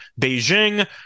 Beijing